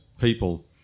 people